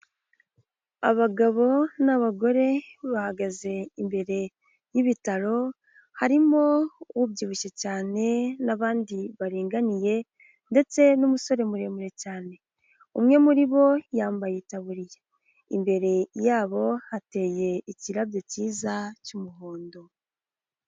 Abagabo n'abagore bahagaze imbere y'ibitaro, harimo ubyibushye cyane n'abandi baringaniye ndetse n'umusore muremure cyane, umwe muri bo yambaye itaburiya, imbere yabo hateye ikirabyo kiza cy'umuhondo.